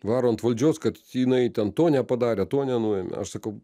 varo ant valdžios kad jinai ten to nepadarė to nenuėmė aš sakau